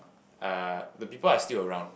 uh the people are still around